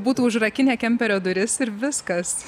būtų užrakinę kemperio duris ir viskas